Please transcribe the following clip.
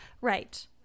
right